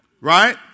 Right